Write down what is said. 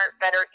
better